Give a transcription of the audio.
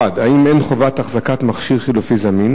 1. האם אין חובת החזקת מכשיר חלופי זמין?